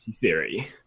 theory